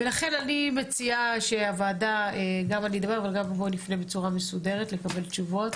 לכן אני מציעה שגם אני אפנה וגם נפנה בצורה מסודרת לקבל תשובות